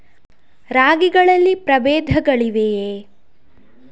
ರಾಗಿಗಳಲ್ಲಿ ಪ್ರಬೇಧಗಳಿವೆಯೇ?